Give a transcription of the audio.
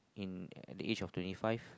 in at the age of twenty five